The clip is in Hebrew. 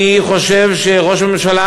אני חושב שראש הממשלה,